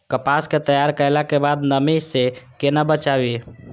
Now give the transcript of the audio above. कपास के तैयार कैला कै बाद नमी से केना बचाबी?